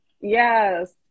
Yes